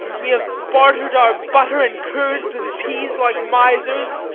we have bartered our butter and curds and peas like misers,